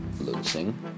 losing